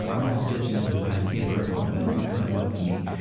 i'm i'm not suggesting this is a panacea for everyone, but it's something that worked for me,